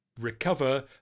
recover